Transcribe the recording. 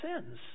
sins